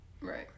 Right